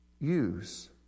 use